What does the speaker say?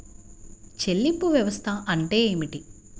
చెల్లింపు వ్యవస్థ అంటే ఏమిటి?